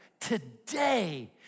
Today